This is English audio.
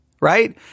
right